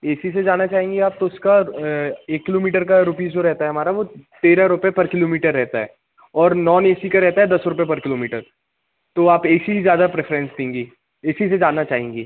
ए C से जाना चाहेंगी आप तो उसका एक किलोमीटर का रुपीज़ जो रहता है हमारा वो तेरा रुपये पर किलोमीटर रहता है और नॉन ए सी का रहता है दस रुपये पर किलोमीटर तो आप ए सी ज़्यादा प्रिफ़रेंस देंगी ए सी से जाना चाहेंगी